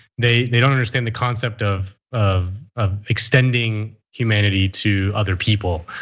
they they don't understand the concept of of ah extending humanity to other people.